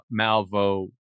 Malvo